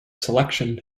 selection